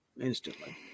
instantly